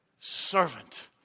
servant